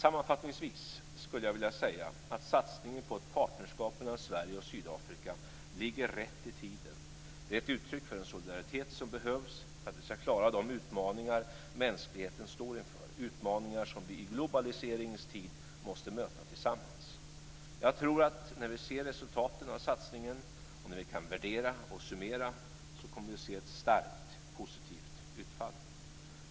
Sammanfattningsvis anser jag att satsningen på ett partnerskap mellan Sydafrika och Sverige ligger rätt i tiden. Det är ett uttryck för den solidaritet som behövs, att vi ska klara de utmaningar mänskligheten står inför - utmaningar som vi i globaliseringens tid måste möta tillsammans. Jag tror att när vi ser resultaten av satsningen och när vi kan värdera och summera, kommer vi att se ett starkt positivt utfall.